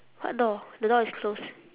what door the door is closed